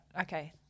okay